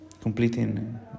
completing